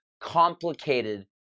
complicated